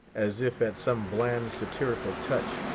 as if at some bland satirical touch,